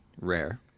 rare